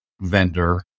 vendor